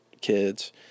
kids